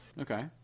Okay